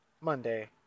Monday